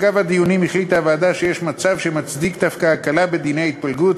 אגב הדיונים החליטה הוועדה שיש מצב שמצדיק דווקא הקלה בדיני ההתפלגויות,